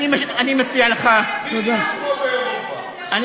חוקי הגנת הסביבה.